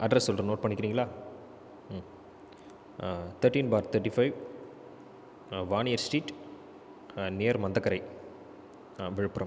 address சொல்கிறேன் note பண்ணிக்கிறிங்களா thirteen bar தேட்டி ஃபைவ் வானியர் ஸ்ட்ரீட் நேர்மந்தக்கரை விழுப்புரம்